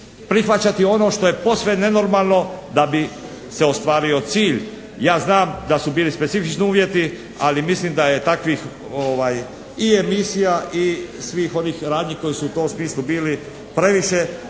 prihvaćati ono što je posve nenormalno da bi se ostvario cilj. Ja znam da su bili specifični uvjeti, ali mislim da je takvim i emisija i svih ovih radnji koje su u tom smislu bili previše.